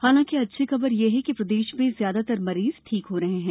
हालांकि अच्छी खबर यह है कि प्रदेश में ज्यादातर मरीज ठीक हो रहे हैं